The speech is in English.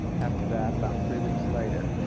after that, about three weeks later,